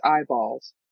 eyeballs